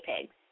pigs